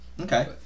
Okay